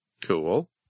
Cool